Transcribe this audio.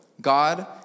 God